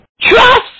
trust